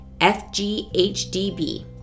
FGHDB